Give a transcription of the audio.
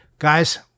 Guys